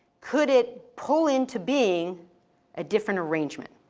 could it pull into being a different arrangement?